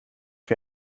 wie